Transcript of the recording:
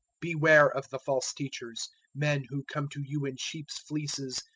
beware of the false teachers men who come to you in sheep's fleeces,